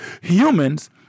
humans